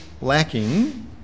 lacking